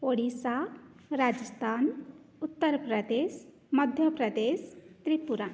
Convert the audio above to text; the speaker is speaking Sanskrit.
ओडिस्सा राजस्थानम् उत्तरप्रदेशः मध्यप्रदेशः त्रिपुरा